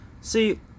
See